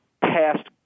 past